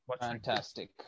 fantastic